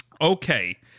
Okay